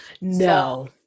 No